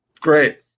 Great